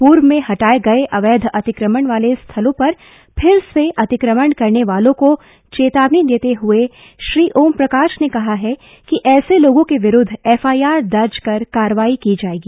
पूर्व में हटाए गए अवैध अतिक्रमण वाले स्थलों पर फिर से अतिक्रमण करने वालों को चेतावनी देते हए श्री ओमप्रकाश ने कहा कि ऐसे लोगों के विरूद्व एफआईआर कर कार्रवाई की जाएगी